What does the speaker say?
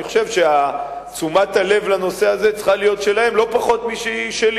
אני חושב שתשומת הלב לנושא הזה צריכה להיות שלהם לא פחות משלי.